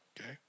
Okay